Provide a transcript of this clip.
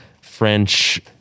french